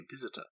visitor